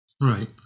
Right